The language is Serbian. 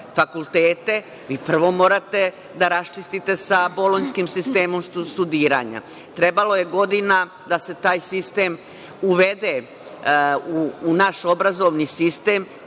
fakultete, vi prvo morate da raščistite sa bolonjskim sistemom studiranja. Trebalo je godina da se taj sistem uvede u naš obrazovni sistem,